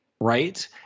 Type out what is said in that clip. right